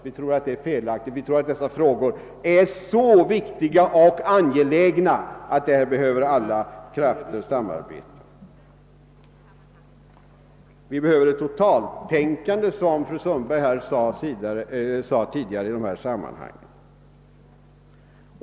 Vi tror att det är felaktigt; vi menar att dessa frågor är så viktiga och angelägna att alla krafter måste samarbeta. Vi behöver, som fru Sundberg tidi gare sade, ett totaltänkande i dessa sammanhang.